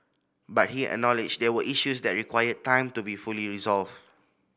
but he acknowledged there were issues that require time to be fully resolved